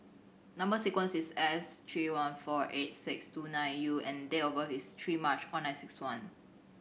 number sequence is S three one four eight six two nine U and date of birth is three March one nine six one